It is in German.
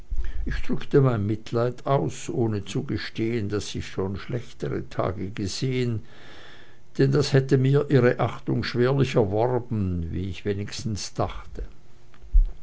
ich drückte mein mitleid aus ohne zu gestehen daß ich schon schlechtere tage gesehen denn das hätte mir ihre achtung schwerlich erworben wie ich wenigstens dachte